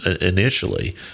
initially